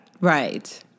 Right